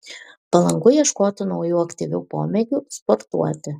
palanku ieškoti naujų aktyvių pomėgių sportuoti